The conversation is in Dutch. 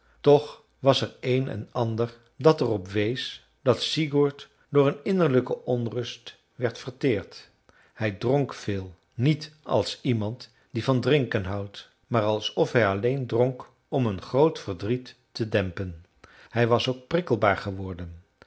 toch was er een en ander dat er op wees dat sigurd door een innerlijke onrust werd verteerd hij dronk veel niet als iemand die van drinken houdt maar alsof hij alleen dronk om een groot verdriet te dempen hij was ook prikkelbaar geworden